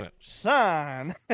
Son